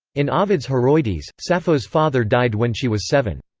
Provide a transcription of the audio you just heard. in ovid's heroides, sappho's father died when she was seven.